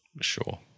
Sure